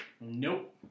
Nope